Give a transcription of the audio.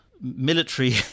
military